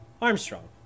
Armstrong